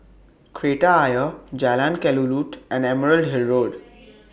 Kreta Ayer Jalan Kelulut and Emerald Hill Road